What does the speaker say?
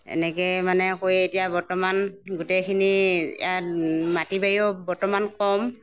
এনেকৈ মানে কৈ এতিয়া বৰ্তমান গোটেইখিনি ইয়াত মাটি বাৰীও বৰ্তমান কম